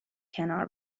کنار